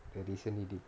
they recently did